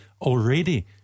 already